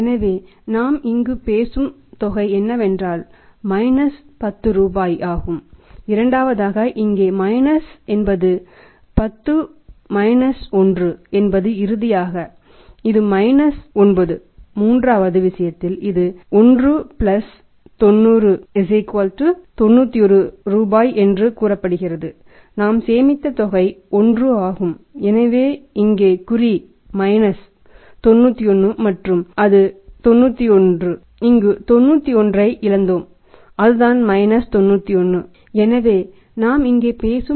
எனவே நாம் இங்கு பேசும் தொகை என்னவென்றால் மைனஸ் 10 ரூபாய் ஆகும்